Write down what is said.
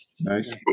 Nice